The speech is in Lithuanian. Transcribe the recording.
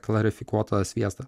klarifikuotą sviestą